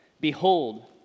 Behold